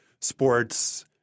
sports